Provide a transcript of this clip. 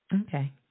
Okay